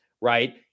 right